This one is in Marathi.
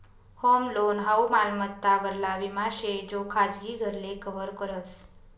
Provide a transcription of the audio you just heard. होम लोन हाऊ मालमत्ता वरला विमा शे जो खाजगी घरले कव्हर करस